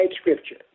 scripture